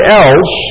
else